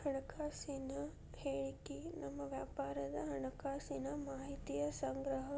ಹಣಕಾಸಿನ ಹೇಳಿಕಿ ನಿಮ್ಮ ವ್ಯಾಪಾರದ್ ಹಣಕಾಸಿನ ಮಾಹಿತಿಯ ಸಂಗ್ರಹ